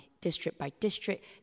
district-by-district